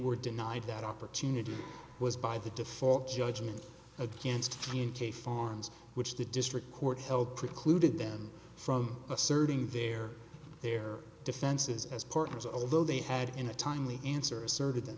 were denied that opportunity was by the default judgment against me and k farms which the district court held precluded them from asserting their their defenses as partners although they had in a timely answer asserted tha